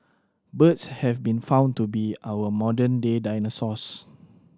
birds have been found to be our modern day dinosaurs